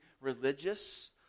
religious